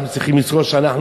אנחנו צריכים לזכור שאנחנו,